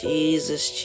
Jesus